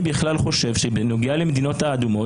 אני בכלל חושב שבנוגע למדינות האדומות